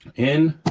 in,